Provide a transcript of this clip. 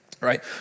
right